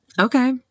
Okay